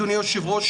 אדוני היושב-ראש,